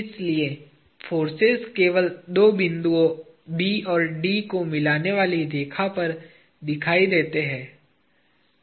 इसलिए फोर्सेज केवल दो बिंदुओं B और D को मिलाने वाली रेखा पर दिखाई देते हैं